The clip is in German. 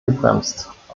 gebremst